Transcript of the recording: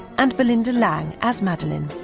and belinda lang as madeleine,